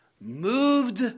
Moved